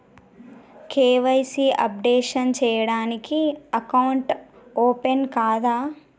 KYC updation చేయకుంటే account open కాదా?